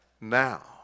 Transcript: now